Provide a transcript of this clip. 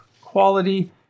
Quality